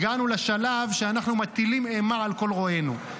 והגענו לשלב שאנחנו מטילים אימה על כל רואינו.